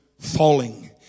falling